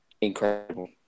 incredible